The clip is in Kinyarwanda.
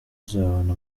uzabona